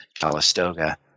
Calistoga